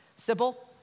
Simple